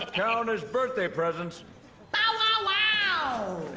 count as birthday presents bow, wow,